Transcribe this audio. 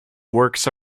works